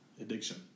Addiction